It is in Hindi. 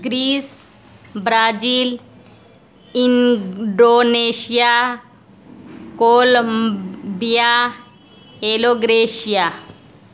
Greece Brazil Indonesia Colombia एलोग्रेशिया